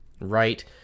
right